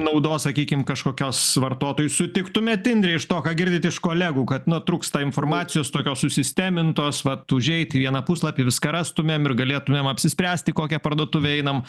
naudos sakykim kažkokios vartotojui sutiktumėt indre iš to ką girdit iš kolegų kad nu trūksta informacijos tokios susistemintos vat užeit į vieną puslapį viską rastumėm ir galėtumėm apsispręsti į kokią parduotuvę einam